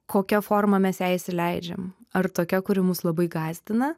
kokia forma mes ją įsileidžiam ar tokia kuri mus labai gąsdina